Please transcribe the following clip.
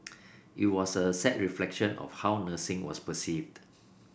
it was a sad reflection of how nursing was perceived